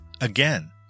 Again